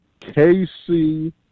KC